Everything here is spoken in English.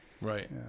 Right